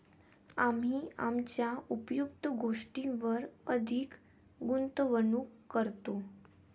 आम्ही आमच्या उपयुक्त गोष्टींवर अधिक गुंतवणूक करतो